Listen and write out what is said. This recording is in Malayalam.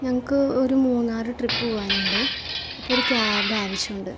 ഞങ്ങൾക്ക് ഒരു മൂന്നാർ ട്രിപ്പ് പോവാനുണ്ട് അപ്പോൾ ഒരു ക്യാബ് ആവശ്യമുണ്ട്